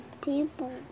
people